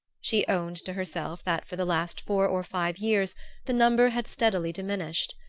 she owned to herself that for the last four or five years the number had steadily diminished.